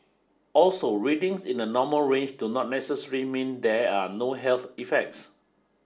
also readings in the normal range do not necessarily mean there are no health effects